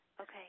Okay